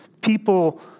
people